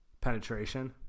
penetration